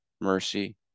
mercy